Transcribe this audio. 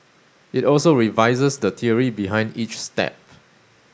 it also revises the theory behind each step